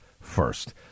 first